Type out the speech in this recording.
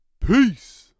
Peace